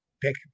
pick